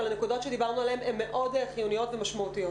אבל הנקודות שדיברנו עליהן הן מאוד חיוניות ומשמעותיות.